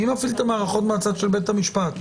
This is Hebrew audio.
מי מפעיל את המערכות מהצד של בית המשפט?